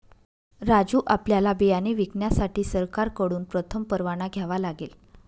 राजू आपल्याला बियाणे विकण्यासाठी सरकारकडून प्रथम परवाना घ्यावा लागेल